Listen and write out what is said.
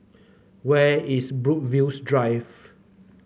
where is Brookvale Drive